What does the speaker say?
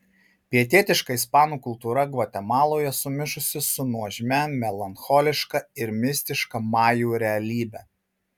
pietietiška ispanų kultūra gvatemaloje sumišusi su nuožmia melancholiška ir mistiška majų realybe